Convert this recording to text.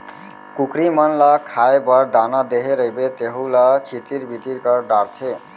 कुकरी मन ल खाए बर दाना देहे रइबे तेहू ल छितिर बितिर कर डारथें